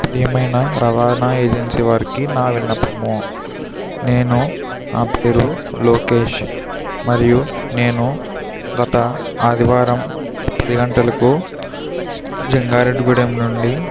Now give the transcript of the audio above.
ప్రియమైనా రవాణా ఏజెన్సీ వారికి నా విన్నపము నేను నా పేరు లోకేష్ మరియు నేను గత ఆదివారం పదిగంటలకు జంగారెడ్డి గూడెంనుండి